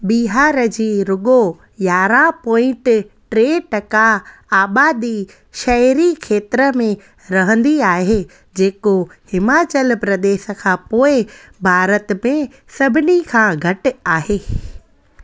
बिहार जी रुगो यारहं पॉइंट टे टका आबादी शहरी खेत्र में रहंदी आहे जेको हिमाचल प्रदेश खां पोइ भारत में सभिनी खां घटि आहे